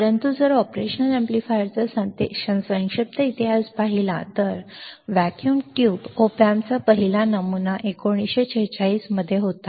परंतु जर आपण ऑपरेशनल अॅम्प्लीफायर्सचा संक्षिप्त इतिहास पाहिला तर व्हॅक्यूम ट्यूब ऑप अँपचा पहिला नमुना 1946 मध्ये होता